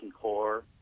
core